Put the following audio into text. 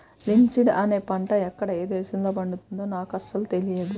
linseed అనే పంట ఎక్కడ ఏ దేశంలో పండుతుందో నాకు అసలు తెలియదు